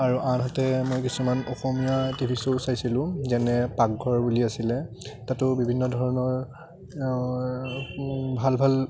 আৰু আনহাতে মই কিছুমান অসমীয়া টিভি শ্ব'ও চাইছিলোঁ যেনে পাকঘৰ বুলি আছিলে তাতো বিভিন্ন ধৰণৰ ভাল ভাল